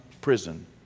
prison